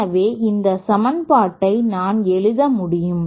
எனவே இந்த சமன்பாட்டை நான் எழுத முடியும்